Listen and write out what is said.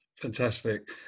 Fantastic